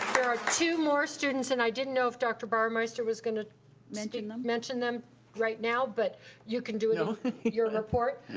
there are two more students and i didn't know if dr. bauermeister was gonna mention them mention them right now, but you can do it in your report.